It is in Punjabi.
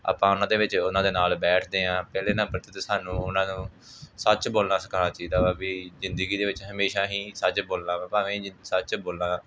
ਆਪਾਂ ਉਹਨਾਂ ਦੇ ਵਿੱਚ ਉਹਨਾਂ ਦੇ ਨਾਲ ਬੈਠਦੇ ਹਾਂ ਪਹਿਲੇ ਨੰਬਰ 'ਤੇ ਸਾਨੂੰ ਉਹਨਾਂ ਨੂੰ ਸੱਚ ਬੋਲਣਾ ਸਿਖਾਉਣਾ ਚਾਹੀਦਾ ਵਾ ਵੀ ਜ਼ਿਦਗੀ ਦੇ ਵਿੱਚ ਹਮੇਸ਼ਾ ਹੀ ਸੱਚ ਬੋਲਣਾ ਵਾ ਭਾਵੇਂ ਸੱਚ ਬੋਲਣਾ